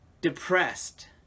depressed